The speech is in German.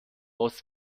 aus